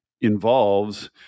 involves